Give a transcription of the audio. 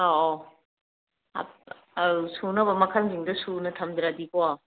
ꯑꯧ ꯑꯧ ꯑꯧ ꯁꯨꯅꯕ ꯃꯈꯜꯁꯤꯡꯗꯣ ꯁꯨꯅꯕ ꯊꯝꯗ꯭ꯔꯗꯤꯀꯣ